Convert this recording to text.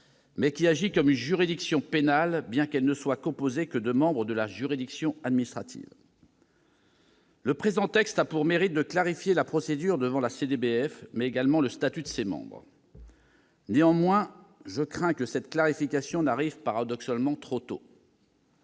mais qui agit comme une juridiction pénale bien qu'elle ne soit composée que de membres de la juridiction administrative. Le présent texte a pour mérite de clarifier non seulement la procédure devant la CDBF, mais également le statut de ses membres. Je crains néanmoins que cette ratification n'arrive paradoxalement trop tôt.